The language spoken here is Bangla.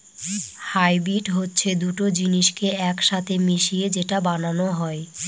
হাইব্রিড হচ্ছে দুটো জিনিসকে এক সাথে মিশিয়ে যেটা বানানো হয়